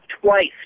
twice